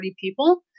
people